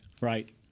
Right